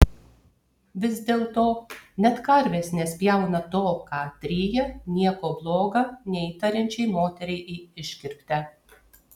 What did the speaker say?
vis dėlto net karvės nespjauna to ką atryja nieko bloga neįtariančiai moteriai į iškirptę